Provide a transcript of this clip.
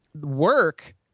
work